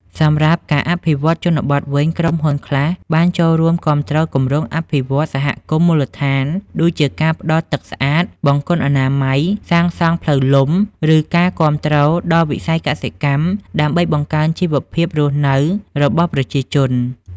សម្រាប់់ការអភិវឌ្ឍជនបទវិញ ក្រុមហ៊ុនខ្លះបាន ចូលរួមគាំទ្រគម្រោងអភិវឌ្ឍន៍សហគមន៍មូលដ្ឋាន ដូចជាការផ្ដល់ទឹកស្អាត បង្គន់អនាម័យ សាងសង់ផ្លូវលំ ឬការគាំទ្រដល់វិស័យកសិកម្ម ដើម្បីបង្កើនជីវភាពរស់នៅរបស់ប្រជាជន។